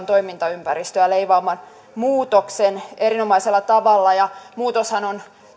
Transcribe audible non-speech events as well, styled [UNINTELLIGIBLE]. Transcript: [UNINTELLIGIBLE] toimintaympäristöä leimaavan muutoksen erinomaisella tavalla ja muutoshan on